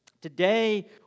today